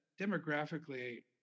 demographically